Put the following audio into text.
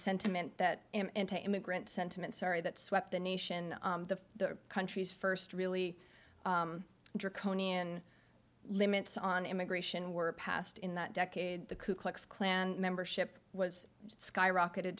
sentiment that immigrant sentiment sorry that swept the nation the country's first really draconian limits on immigration were passed in that decade the ku klux klan membership was skyrocketed